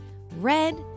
red